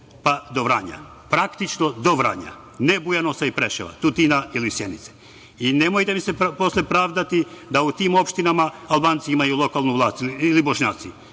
pa do Vranja, praktično do Vranja, ne Bujanovca i Preševa, Tutina ili Sjenice i nemojte mi se posle pravdati da u tim opštinama Albanci imaju lokalnu vlast ili Bošnjaci,